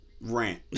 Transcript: rant